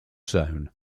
zone